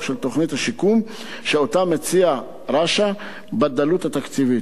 של תוכנית השיקום שמציעה רש"א בדלות תקציבית.